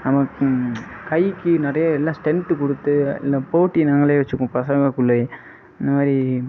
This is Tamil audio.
நம்ம கைக்கு நிறையா எல்லா ஸ்ட்ரென்த் கொடுத்து இந்த போட்டி நாங்களே வெச்சுக்குவோம் பசங்ககுள்ளையே இந்தமாதிரி